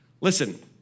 Listen